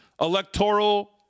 electoral